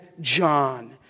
John